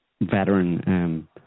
veteran